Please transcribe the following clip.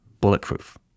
bulletproof